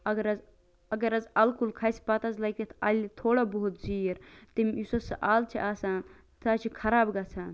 اگر حظ اگر حظ اَلہٕ کُل کھَسہٕ پتہٕ حظ لَگہٕ یتھ اَلہٕ تھوڑا بہت چیٖر تم یُس حظ سۄ ال چھِ آسان سۄ حظ چھِ خراب گَژھان